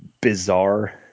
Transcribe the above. bizarre